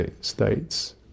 states